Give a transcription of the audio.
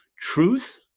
truth